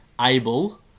able